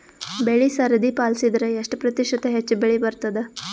ಬೆಳಿ ಸರದಿ ಪಾಲಸಿದರ ಎಷ್ಟ ಪ್ರತಿಶತ ಹೆಚ್ಚ ಬೆಳಿ ಬರತದ?